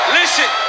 listen